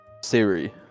Siri